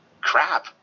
Crap